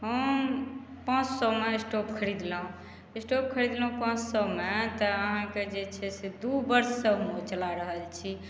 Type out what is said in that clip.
हम पाँच सएमे स्टोव खरीदलहुँ स्टोव खरीदलहुँ पाँच सएमे तऽ अहाँके जे छै से दू वर्षसँ हम ओ चला रहल छी